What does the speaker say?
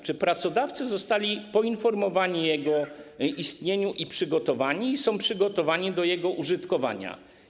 Czy pracodawcy zostali poinformowani o jego istnieniu i czy są przygotowani do jego użytkowania?